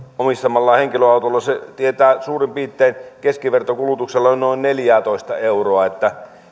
omistamallaan henkilöautolla se tietää suurin piirtein keskivertokulutuksella noin neljäätoista euroa että